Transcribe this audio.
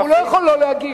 הוא לא יכול לא להגיב.